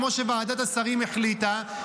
כמו שוועדת השרים החליטה,